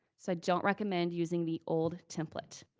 so i don't recommend using the old template.